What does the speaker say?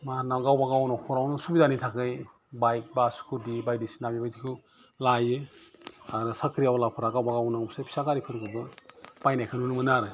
मानाव गावबा गावनि नखरावनो सुबुदानि थाखै बाइक बा स्कुथि बायदिसिना बिबायदिखौ लायो आरो साख्रि आवलाफ्रा गावबा गावनो गंसे फिसा गारिफोरखौबो बायनायखौ नुनो मोनो आरो